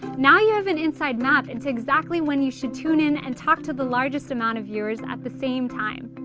now you have an inside map into exactly when you should tune in and talk to the largest amount of viewers at the same time.